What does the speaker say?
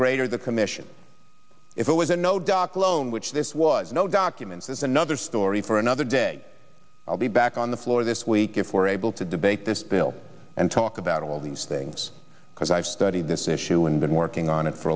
greater the commission if it was a no doc loan which this was no documents is another story for another day i'll be back on the floor this week if we're able to debate this bill and talk about all these things because i've studied this issue and been working on it for